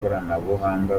ikoranabuhanga